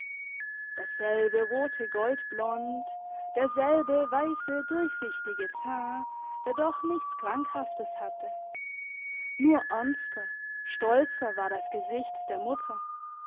dasselbe rote goldblond derselbe weisse durchsichtige teint der doch nichts krankhaftes hatte nur ernster stolzer war das gesicht der mutter